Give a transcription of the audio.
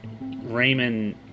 Raymond